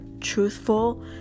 truthful